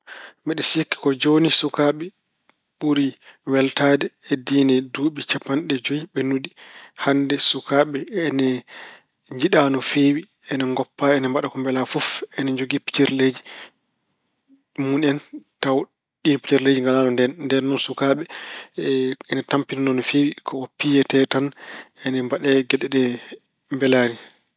Mbeɗe cikki ko jooni sukaaɓe ɓuri weltaade e diine duuɓi cappanɗe joyi ɓennuɗi. Hannde sukaaɓe ina njiɗa no feewi, ina ngoppa ina mbaɗa ko mbelaa fof. Ine jogii pijirleeji mun en tawa ɗiin pijirleeji ngalaano ndeen. Ndeen noon sukaaɓe ina tampinanoo no feewi. Ko ko piyete tan, ine mbaɗe geɗe ɗe mbelaani.